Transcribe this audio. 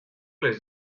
les